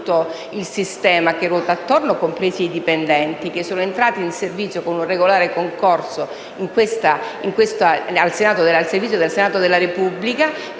Grazie,